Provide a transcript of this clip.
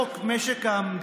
רק חומרי רקע, אם אצטרך.